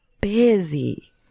busy